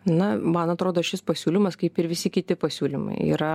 na man atrodo šis pasiūlymas kaip ir visi kiti pasiūlymai yra